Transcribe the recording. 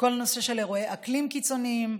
כל הנושא של אירועי אקלים קיצוניים,